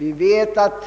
ingen om.